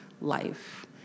life